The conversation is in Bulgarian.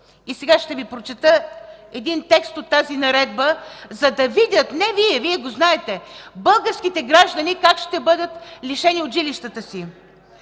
И сега ще Ви прочета един текст от тази наредба, за да видят – не Вие, Вие го знаете, българските граждани как ще бъдат лишени от жилищата си: